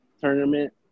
tournament